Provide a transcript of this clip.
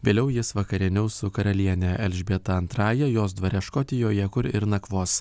vėliau jis vakarieniaus su karaliene elžbieta antrąja jos dvare škotijoje kur ir nakvos